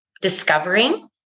discovering